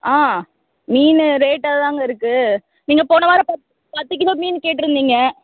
ஆ மீன் ரேட்டா தாங்க இருக்கு நீங்கள் போன வாரம் பத்து பத்து கிலோ மீன் கேட்டுருந்தீங்க